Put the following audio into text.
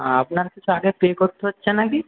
আপনাকে কিছু আগে পে করতে হচ্ছে নাকি